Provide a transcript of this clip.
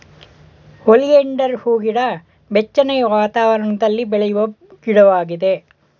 oleander ಹೂಗಿಡ ಬೆಚ್ಚನೆಯ ವಾತಾವರಣದಲ್ಲಿ ಬೆಳೆಯುವ ಗಿಡವಾಗಿದೆ